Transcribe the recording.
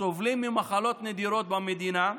סובלים ממחלות נדירות במדינה,